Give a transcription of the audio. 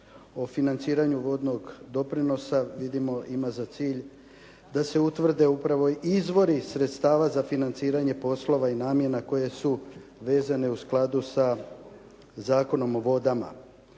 o financiranju vodnog doprinosa, vidimo da ima za cilj da se utvrde upravo i izvori sredstava za financiranje poslova i namjena koje su vezane u skladu za Zakonom o vodama.